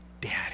Daddy